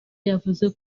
yavuze